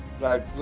right